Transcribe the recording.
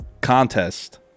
contest